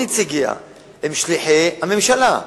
כל נציגיה הם שליחי הממשלה,